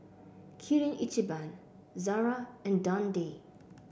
Kirin Ichiban Zara and Dundee